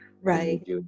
Right